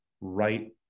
right